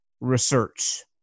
research